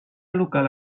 local